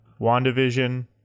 WandaVision